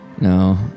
No